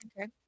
Okay